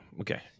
okay